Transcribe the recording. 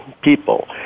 people